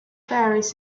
various